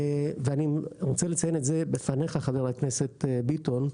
ואני רוצה לציין את זה בפניך חבר הכנסת ביטון,